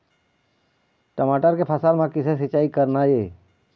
टमाटर के फसल म किसे सिचाई करना ये?